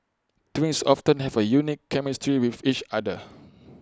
twins often have A unique chemistry with each other